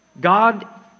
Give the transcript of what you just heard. God